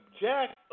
jack